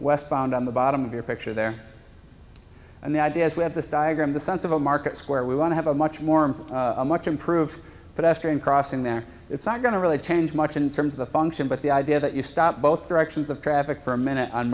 westbound on the bottom of your picture there and the idea is we have this diagram the sense of a market square we want to have a much more of a much improved pedestrian crossing there it's not going to really change much in terms of a function but the idea that you stop both directions of traffic for a minute on